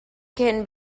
can